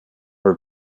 her